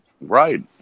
Right